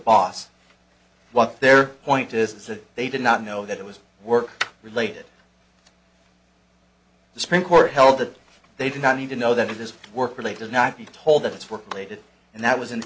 boss what their point is that they did not know that it was work related the supreme court held that they do not need to know that it is work related not be told that it's work related and that was in